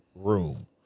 Room